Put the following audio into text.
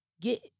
get